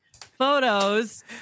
photos